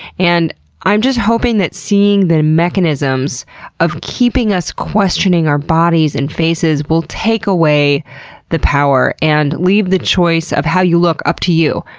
and i'm just hoping that seeing the mechanisms of keeping us questioning our bodies and faces will take away the power and leave the choice of how you look up to you,